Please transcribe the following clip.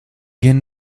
gehen